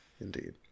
Indeed